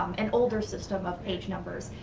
um an older system of page numbers.